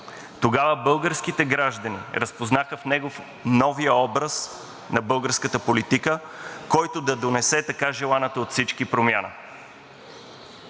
Тогава българските граждани разпознаха в него новия образ на българската политика, който да донесе така желаната от всички промяна.